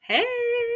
Hey